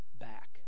back